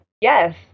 yes